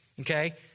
okay